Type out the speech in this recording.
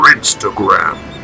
Instagram